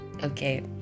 okay